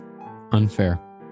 Unfair